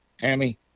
Hammy